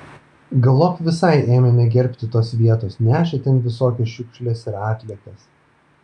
galop visai ėmė negerbti tos vietos nešė ten visokias šiukšles ir atliekas